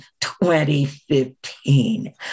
2015